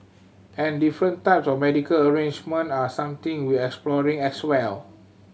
and different types of medical arrangement are something we exploring as well